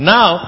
Now